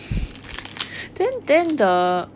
then the the